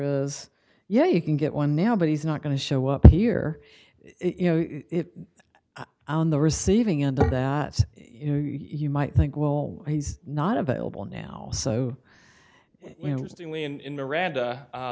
is yeah you can get one now but he's not going to show up here if on the receiving end of that you might think well he's not available now so